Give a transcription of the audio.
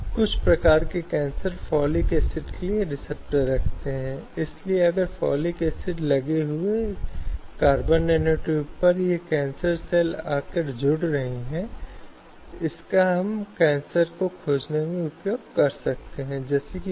कुछ बहुत बहुत महत्वपूर्ण और कुछ जो अक्सर विनती की जाती है उत्पीड़कों का कहना है कि उनका मतलब कभी नहीं था कि वह कभी नहीं चाहते थे कि इसका अर्थ है उन्होंने इसे किसी और अर्थ में कहा था